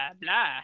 blah